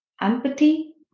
empathy